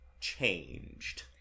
Changed